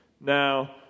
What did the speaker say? Now